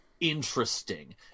interesting